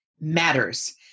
matters